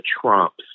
Trumps